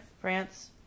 France